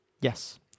Yes